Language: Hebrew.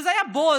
אז היה בוץ,